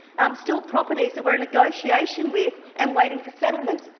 um still properties that we're in negotiation with and waiting for settlement,